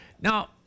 now